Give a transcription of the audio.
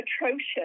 atrocious